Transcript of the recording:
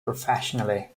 professionally